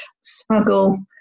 smuggle